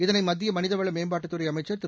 இதனை மத்திய மனிதவள மேம்பாட்டுத்துறை அமைச்சர் திரு